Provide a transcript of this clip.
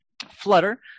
Flutter